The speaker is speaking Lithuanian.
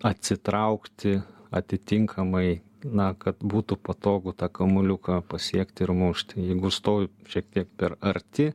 atsitraukti atitinkamai na kad būtų patogu tą kamuoliuką pasiekti ir mušti jeigu stovi šiek tiek per arti